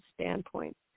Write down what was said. standpoint